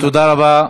תודה רבה.